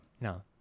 no